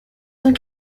cent